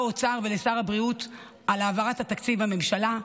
האוצר ולשר הבריאות על העברת התקציב בממשלה.